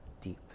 deep